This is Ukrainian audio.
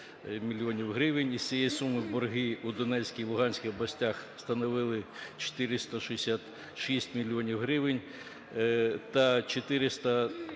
Із цієї суми борги у Донецькій і Луганській областях становили 466 мільйонів